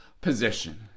position